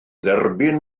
dderbyn